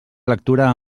lectura